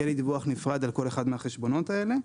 יהיה לי דיווח נפרד על כל אחד מהחשבונות האלה.